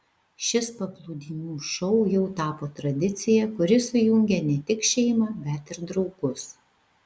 šis paplūdimių šou jau tapo tradicija kuri sujungia ne tik šeimą bet ir draugus